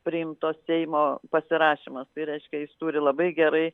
priimto seimo pasirašymas tai reiškia jis turi labai gerai